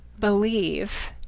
believe